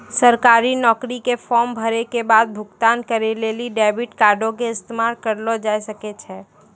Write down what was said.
सरकारी नौकरी के फार्म भरै के बाद भुगतान करै के लेली डेबिट कार्डो के इस्तेमाल करलो जाय सकै छै